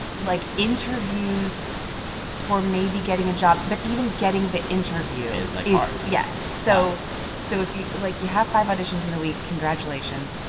like, interviews for maybe getting a job. but even getting the interview is. is, like, hard yes. so so if you like, you have five auditions in a week, congratulations.